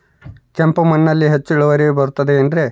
ಕೆಂಪು ಮಣ್ಣಲ್ಲಿ ಹೆಚ್ಚು ಇಳುವರಿ ಬರುತ್ತದೆ ಏನ್ರಿ?